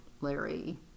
larry